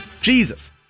Jesus